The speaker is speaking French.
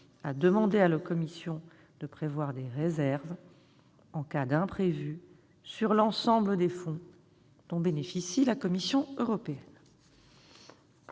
à demander à la Commission de prévoir des réserves, en cas d'imprévu, sur l'ensemble des fonds dont bénéficie la Commission européenne.